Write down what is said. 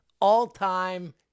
all-time